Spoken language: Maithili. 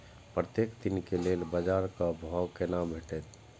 प्रत्येक दिन के लेल बाजार क भाव केना भेटैत?